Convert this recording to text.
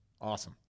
awesome